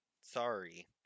Sorry